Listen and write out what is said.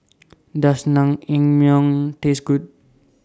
Does Naengmyeon Taste Good